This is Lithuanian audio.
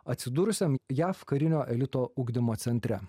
atsidūrusiam jav karinio elito ugdymo centre